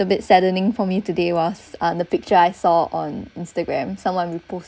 little bit saddening for me today was uh the picture I saw on instagram someone repost